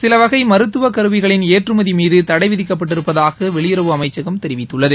சில வகை மருத்துவ கருவிகளின் ஏற்றுமதி மீது தடை விதிக்கப்பட்டிருப்பதாக வெளியுறவு அமைச்சகம் தெரிவித்துள்ளது